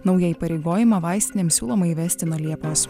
naują įpareigojimą vaistinėms siūloma įvesti nuo liepos